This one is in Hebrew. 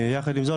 יחד עם זאת,